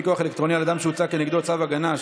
פיקוח אלקטרוני על אדם שהוצא כנגדו צו הגנה),